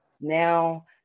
Now